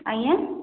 ଆଜ୍ଞା